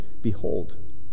behold